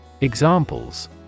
Examples